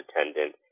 attendant